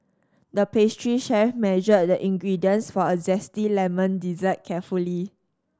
the pastry chef measured the ingredients for a zesty lemon dessert carefully